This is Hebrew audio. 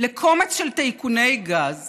לקומץ של טייקוני גז